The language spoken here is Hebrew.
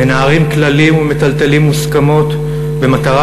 מנערים כללים ומטלטלים מוסכמות במטרה